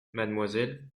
mademoiselle